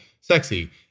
sexy